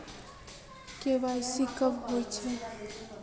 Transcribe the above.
KYC कब होचे?